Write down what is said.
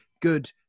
good